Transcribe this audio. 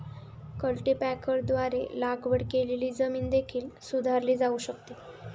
कल्टीपॅकरद्वारे लागवड केलेली जमीन देखील सुधारली जाऊ शकते